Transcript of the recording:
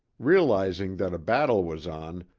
realizing that a battle was on,